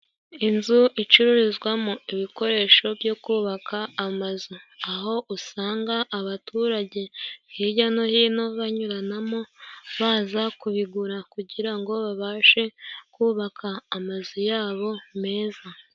Inzu icururizwamo ibikoresho byo kubaka amazu, aho usanga abaturage hijya no hino banyuranamo baza kubigura, kugira ngo babashe kubaka amazu yabo meza.